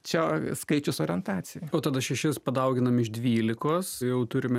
čia skaičius orientacija o tada šešis padauginame iš dvylikos jau turime